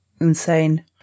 Insane